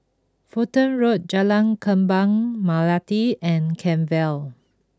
Fulton Road Jalan Kembang Melati and Kent Vale